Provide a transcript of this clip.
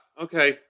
okay